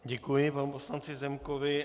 Děkuji panu poslanci Zemkovi.